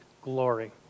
glory